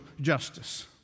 justice